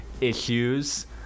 issues